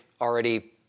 already